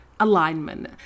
alignment